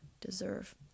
deserve